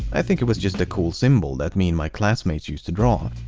i think it was just a cool symbol that me and my classmates used to draw.